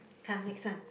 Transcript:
come next one